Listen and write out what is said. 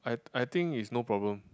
I I think is no problem